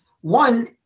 one